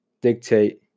dictate